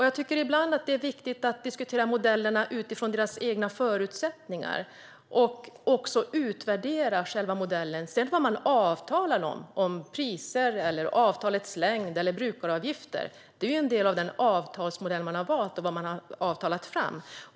Jag tycker också att det är viktigt att ibland diskutera modellerna utifrån deras egna förutsättningar och även att utvärdera själva modellen. Vad man sedan avtalar om - priser, avtalets längd eller brukaravgifter - är en del av den avtalsmodell man har valt och vad man har avtalat fram.